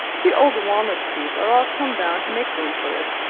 the old walnut trees are all come down to make room for it.